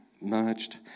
merged